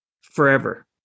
forever